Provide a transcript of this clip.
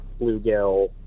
bluegill